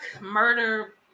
murder